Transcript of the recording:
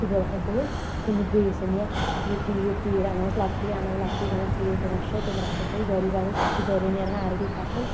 سُہ دۄد ہٮ۪کو أسۍ کٔنِتھ بیٚیس یا یہِ تیٖر تیٖر اَنو أسۍ لۄکٕٹی اَنو لۄکٹی مطلب تیٖر پانٛژھ شیٚے تِم رَچھہوکھ أسۍ گری اَسہِ چھُ گرِ نیٚران آلریڈی فصٕل